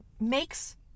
makes